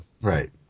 Right